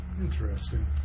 Interesting